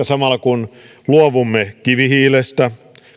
samalla kun luovumme kivihiilestä